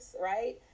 right